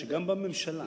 שגם בממשלה